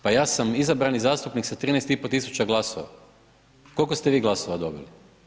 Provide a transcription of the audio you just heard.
Pa ja sam izabrani zastupnik sa 13 500 glasova, koliko ste vi glasova dobili?